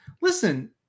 Listen